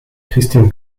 christine